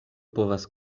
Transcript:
povas